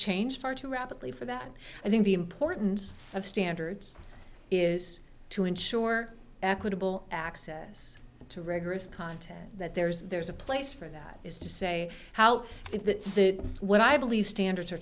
change far too rapidly for that and i think the importance of standards is to ensure equitable access to records content that there is there is a place for that is to say how is that what i believe standards are